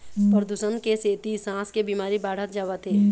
परदूसन के सेती सांस के बिमारी बाढ़त जावत हे